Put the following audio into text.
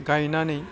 गायनानै